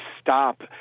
stop